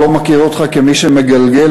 אני לא מכיר אותך כמי שמגלגל,